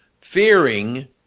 fearing